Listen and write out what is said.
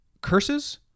curses